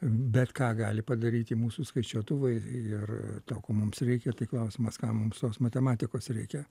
bet ką gali padaryti mūsų skaičiuotuvai ir to ko mums reikia tai klausimas kam mums tos matematikos reikia